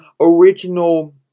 original